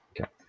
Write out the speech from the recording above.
Okay